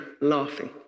laughing